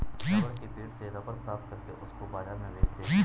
rubber के पेड़ से रबर प्राप्त करके उसको बाजार में बेच दो